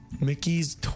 Mickey's